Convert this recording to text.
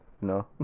no